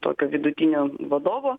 tokio vidutinio vadovo